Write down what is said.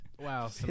wow